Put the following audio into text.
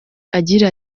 agira